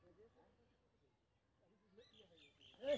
सूर्यमुखी के लेल कोन मौसम ठीक हे छे?